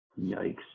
Yikes